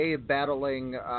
battling